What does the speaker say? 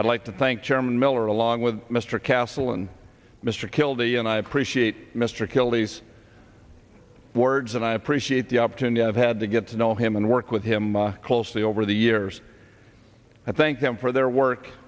i'd like to thank chairman miller along with mr castle and mr kildee and i appreciate mr kilties words and i appreciate the opportunity i've had to get to know him and work with him closely over the years i thank them for their work